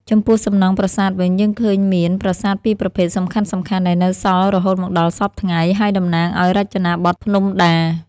ចំពោះសំណង់ប្រាសាទវិញ យើងឃើញមានប្រាសាទពីរប្រភេទសំខាន់ៗដែលនៅសល់រហូតមកដល់សព្វថ្ងៃ ហើយតំណាងឱ្យរចនាបថភ្នំដា។